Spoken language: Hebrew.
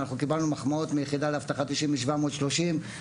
אנחנו קיבלנו מחמאות מהיחידה לאבטחת אישים על החילוץ.